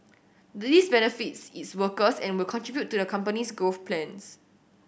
this benefits its workers and will contribute to the company's growth plans